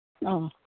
ꯑꯥ